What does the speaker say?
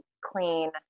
clean